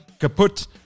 kaput